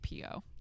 PO